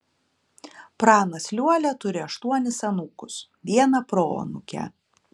pranas liuolia turi aštuonis anūkus vieną proanūkę